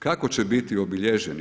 Kako će biti obilježeni?